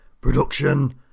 production